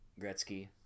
Gretzky